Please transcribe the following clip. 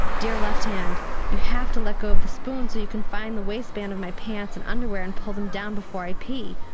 dear left hand you have to let go of the spoon so you can find the waist band of my pants and underwear and pull them down before i pee.